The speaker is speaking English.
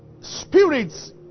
spirits